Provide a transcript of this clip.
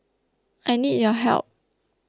I need your help